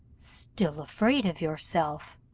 still afraid of yourself